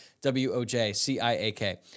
W-O-J-C-I-A-K